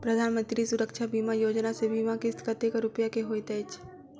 प्रधानमंत्री सुरक्षा बीमा योजना मे बीमा किस्त कतेक रूपया केँ होइत अछि?